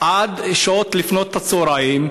עד שעות לפני הצהריים,